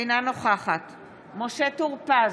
אינה נוכחת משה טור פז,